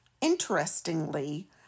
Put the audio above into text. Interestingly